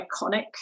iconic